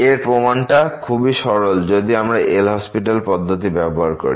এর প্রমাণ টা খুবই সরল যদি আমরা এল হসপিটাল পদ্ধতি ব্যবহার করি